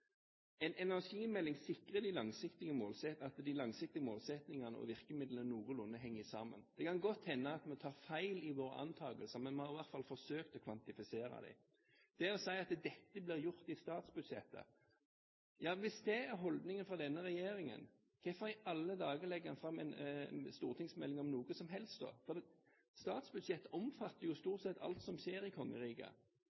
en energimelding uavhengig av internasjonale forpliktelser. En energimelding sikrer at de langsiktige målsettingene og virkemidlene henger noenlunde sammen. Det kan godt hende at vi tar feil i våre antakelser, men vi har i hvert fall forsøkt å kvantifisere dem. Man sier at dette blir gjort i statsbudsjettet. Hvis det er holdningen fra denne regjeringen, hvorfor i alle dager legger en fram en stortingsmelding om noe som helst? Statsbudsjettet omfatter jo